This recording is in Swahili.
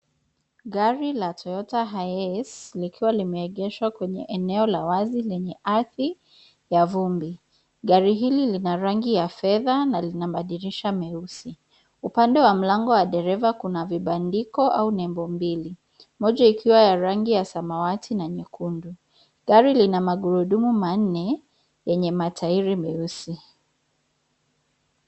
Gari la Toyota Hiace likiwa limeegeshwa kwenye eneo la wazi lenye ardhi ya vumbi. Gari hili lina rangi ya fedha na lina madirisha meusi. Upande wa mlango wa dereva kuna vibandiko au nembo mbili, moja ikiwa ya rangi ya samawati na nyekundu. Gari lina magurudumu manne yenye matairi meusi.